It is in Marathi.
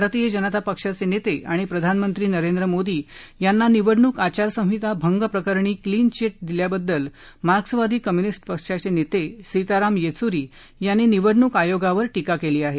भारतीय जनता पक्षाचे नेते आणि प्रधानमंत्री नरेंद्र मोदी यांना निवडणूक आचारसंहिता भंग प्रकरणी क्लीन चिट दिल्याबद्दल मार्क्सवादी कम्य्निस्ट पक्षाचे नेते सीताराम येच्री यांनी निवडणूक आयोगावर टीका केली आहे